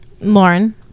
Lauren